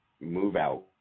move-out